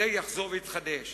זה יחזור ויתחדש.